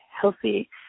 Healthy